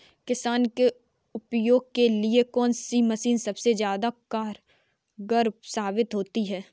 किसान के उपयोग के लिए कौन सी मशीन सबसे ज्यादा कारगर साबित होती है?